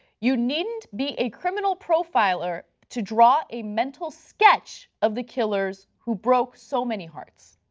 you needn't be a criminal profiler to drive a mental sketch of the killers who broke so many hearts.